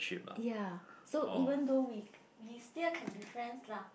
ya so even though we we still can be friends lah